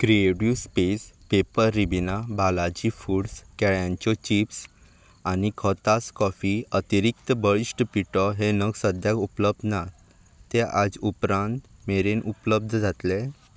creative space paper रिबिनां Balaji foods केळ्यांच्यो chips आनी खोतास कॉफी अतिरिक्त बळिश्ट पिठो हे नग सद्याक उपलब्द नात ते आज उपरांत मेरेन उपलब्द जातले